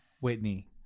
Whitney